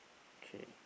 K